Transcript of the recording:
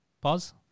Pause